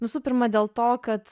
visų pirma dėl to kad